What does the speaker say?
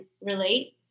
relate